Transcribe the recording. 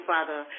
Father